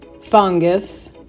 fungus